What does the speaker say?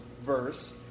verse